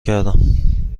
کردم